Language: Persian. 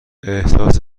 احساس